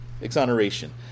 exoneration